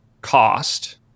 cost